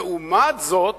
לעומת זאת